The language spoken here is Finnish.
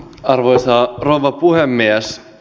arvoisa rouva puhemies